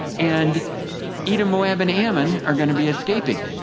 and edom, moab and ammon are going to be escaping.